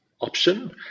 option